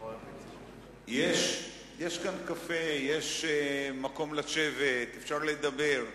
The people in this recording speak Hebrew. יש כאן קפה, יש מקום לשבת, אפשר לדבר.